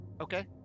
Okay